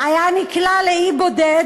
היה נקלע לאי בודד,